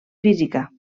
física